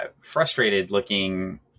frustrated-looking